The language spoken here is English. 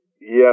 yes